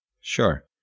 Sure